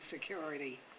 security